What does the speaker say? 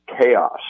chaos